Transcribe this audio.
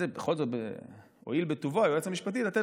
בכל זאת הואיל בטובו היועץ המשפטי לתת